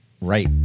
right